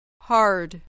hard